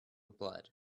blood